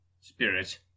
spirit